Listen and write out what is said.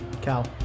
Cal